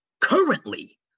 currently